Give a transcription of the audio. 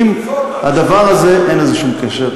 אם הדבר הזה, הרפורמה, אין לזה שום קשר.